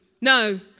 no